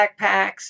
backpacks